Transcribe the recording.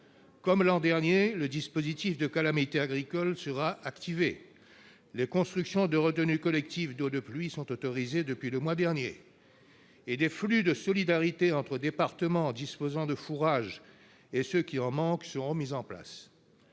Comme l'an dernier, le dispositif de calamité agricole sera activé, les constructions de retenues collectives d'eau de pluie sont autorisées depuis le mois dernier et des flux de solidarité entre des départements disposant de fourrage et ceux qui en manquent seront mis en place.